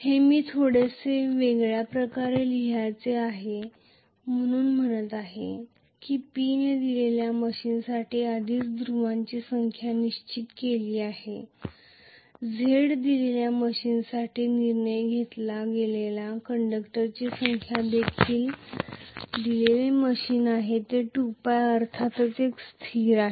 हे मी थोडेसे वेगळ्या प्रकारे लिहायचे आहे मी म्हणत आहे की P ने दिलेल्या मशीनसाठी आधीच ध्रुवांची संख्या निश्चित केली आहे Z दिलेल्या मशीनसाठी निर्णय घेतला गेलेला कंडक्टरची संख्या देखील दिलेली मशीन आहे 2π अर्थात एक स्थिर आहे